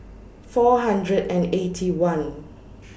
four hundred and Eighty One